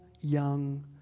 young